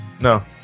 No